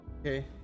okay